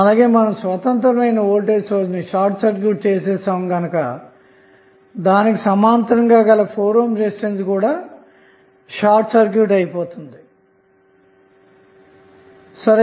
అలాగే మనం స్వతంత్రమైన వోల్టేజ్ సోర్స్ ని షార్ట్ సర్క్యూట్ చేసాము గనక దానికి సమాంతరఁగా గల 4 ohm రెసిస్టెన్స్ కూడా షార్ట్ సర్క్యూట్ చేయబడిందన్నమాట